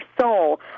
soul